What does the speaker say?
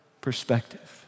perspective